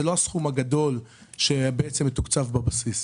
זה לא הסכום הגדול שמתוקצב בבסיס.